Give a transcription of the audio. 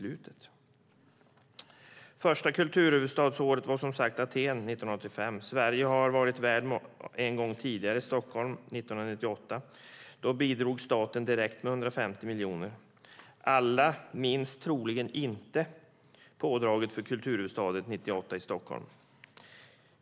Det första kulturhuvudstadsåret var som sagt Aten 1985. Sverige har varit värd en gång tidigare, med Stockholm 1998. Då bidrog staten direkt med 150 miljoner. Alla minns troligen inte pådraget för kulturhuvudstadsåret 1998 i Stockholm.